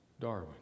Darwin